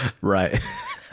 Right